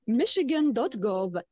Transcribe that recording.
michigan.gov